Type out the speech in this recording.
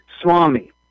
Swami